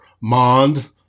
Mond